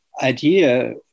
idea